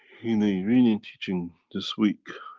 in the iranian teaching this week,